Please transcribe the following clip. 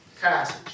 passage